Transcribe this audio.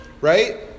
right